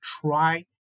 try